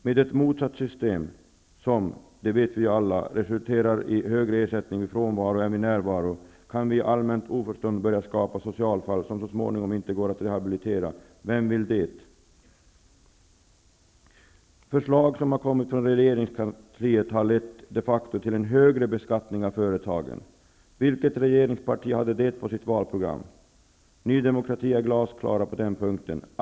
Med ett motsatt system, som -- det vet vi väl alla -- resulterar i högre ersättning vid frånvaro än vid närvaro, kan vi i allmänt oförstånd börja skapa socialfall, som så småningom inte går att rehabilitera. Vem vill det? Förslagen som har kommit från regeringskansliet har de facto lett till en högre beskattning av företagen. Vilket regeringsparti hade detta på sitt valprogram? Vi i Ny demokrati är glasklara på den punkten.